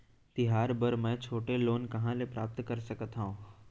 तिहार बर मै छोटे लोन कहाँ ले प्राप्त कर सकत हव?